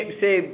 say